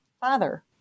father